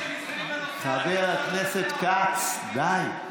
חבר הכנסת כץ, די.